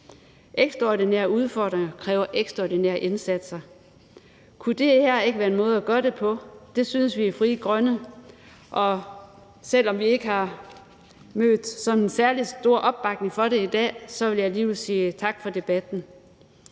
Ekstraordinære udfordringer kræver ekstraordinære indsatser. Kunne det her ikke være en måde at gøre det på? Det synes vi i Frie Grønne, og selv om vi ikke har mødt sådan særlig stor opbakning til det i dag, vil jeg alligevel sige tak for debatten.